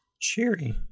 Cheery